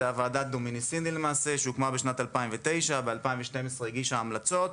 ועדת דומיניסיני שהוקמה בשנת 2009 וב-2012 היא הגישה המלצות.